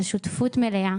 על שותפות מלאה